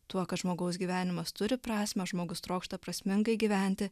tuo kad žmogaus gyvenimas turi prasmę žmogus trokšta prasmingai gyventi